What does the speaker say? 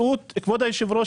כבוד היושב-ראש,